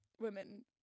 women